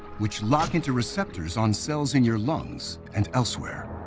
which lock into receptors on cells in your lungs and elsewhere.